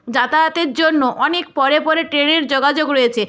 যাতায়াতের জন্য অনেক পরে পরে ট্রেনের যোগাযোগ রয়েছে